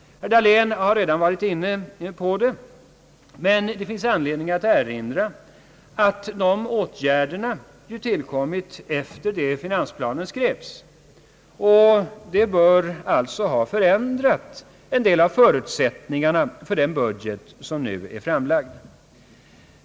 Herr Dahlén har redan varit inne på det ämnet, men det finns anledning att ytterligare erinra om dessa åtgärder som har tillkommit sedan finansplanen skrevs. De bör alltså ha förändrat en del av förutsättningarna för den budget som nu är framlagd.